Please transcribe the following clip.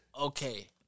okay